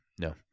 No